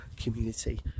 community